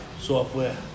software